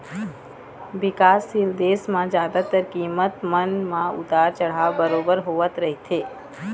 बिकासशील देश म जादातर कीमत मन म उतार चढ़ाव बरोबर होवत रहिथे